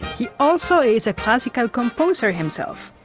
he also is a classical composer himself.